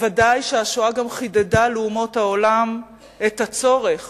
ודאי שהשואה גם חידדה לאומות העולם את הצורך